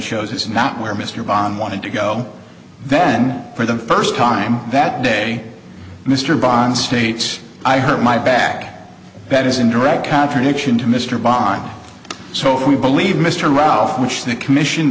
shows it's not where mr bond wanted to go then for the first time that day mr bond states i heard my back bet is in direct contradiction to mr bond so for we believe mr ruff which the commission